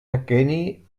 aqueni